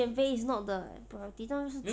减肥 is not the priority 当然是